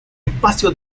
espacio